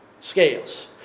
scales